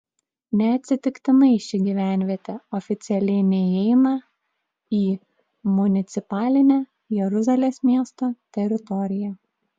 neatsitiktinai ši gyvenvietė oficialiai neįeina į municipalinę jeruzalės miesto teritoriją